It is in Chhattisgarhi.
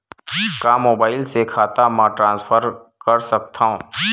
का मोबाइल से खाता म ट्रान्सफर कर सकथव?